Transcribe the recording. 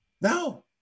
no